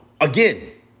Again